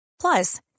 Plus